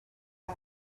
had